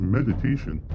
meditation